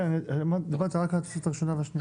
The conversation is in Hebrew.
רק על התוספת הראשונה והשנייה.